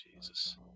Jesus